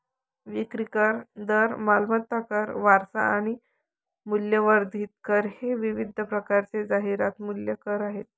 विक्री कर, दर, मालमत्ता कर, वारसा कर आणि मूल्यवर्धित कर हे विविध प्रकारचे जाहिरात मूल्य कर आहेत